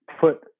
put